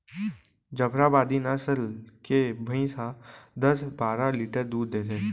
जफराबादी नसल के भईंस ह दस बारा लीटर दूद देथे